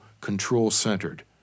control-centered